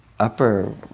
upper